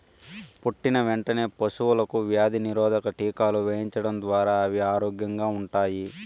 పుట్టిన వెంటనే పశువులకు వ్యాధి నిరోధక టీకాలు వేయించడం ద్వారా అవి ఆరోగ్యంగా ఉంటాయి